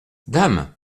dame